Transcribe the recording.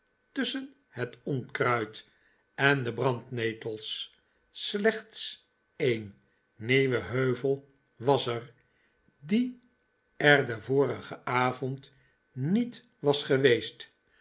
tusschen het onkruid en de brandnetels slechts een nieuwe heuvel was er die er den vorigen avond niet was geweest